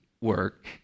work